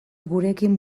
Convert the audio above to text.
gurekin